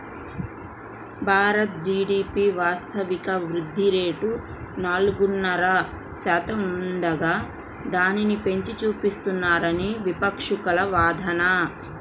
Bharat GDP వాస్తవిక వృద్ధి rate నాలుగున్నర శాతం ఉండగా దానిని పెంచి చూపిస్తున్నారని విపక్షాల వాదన